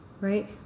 right